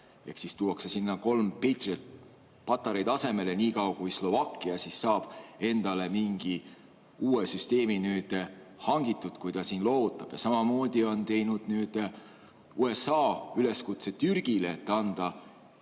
Ehk tuuakse sinna kolm Patrioti patareid asemele, niikaua kui Slovakkia saab endale mingi uue süsteemi hangitud, kui ta [vanad] loovutab. Samamoodi on teinud USA üleskutse Türgile, et anda